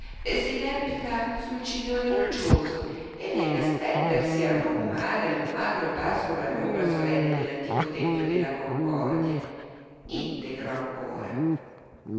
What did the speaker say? del fiume s'inerpica sul ciglione roccioso e viene a stendersi e a rugumare il magro pascolo all'ombra solenne dell'antico tempio della concordia integro ancora